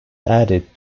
added